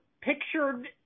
pictured